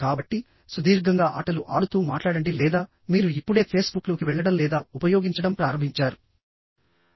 కాబట్టి సుదీర్ఘంగా ఆటలు ఆడుతూ మాట్లాడండి లేదా మీరు ఇప్పుడే ఫేస్బుక్లోకి వెళ్లడం లేదా ఉపయోగించడం ప్రారంభించారు